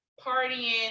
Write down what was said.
partying